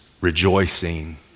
rejoicing